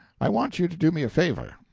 i want you to do me a favor.